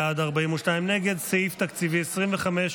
בעד, 58, נגד, 42. סעיף תקציבי 25,